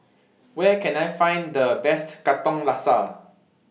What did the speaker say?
Where Can I Find The Best Katong Laksa